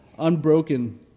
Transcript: unbroken